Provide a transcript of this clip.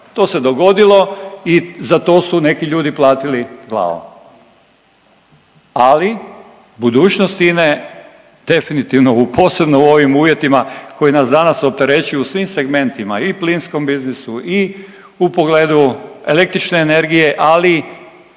To se dogodilo i za to su neki ljudi platili glavom. Ali budućnost INA-e definitivno posebno u ovim uvjetima koji nas opterećuju u svim segmentima i plinskom biznisu i u pogledu električne energije, ali